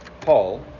Paul